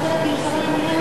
משטרת ירושלים,